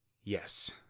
Yes